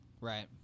Right